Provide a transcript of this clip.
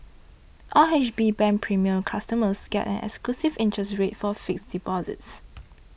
R H B Bank Premier customers get an exclusive interest rate for fixed deposits